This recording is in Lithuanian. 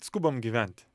skubam gyventi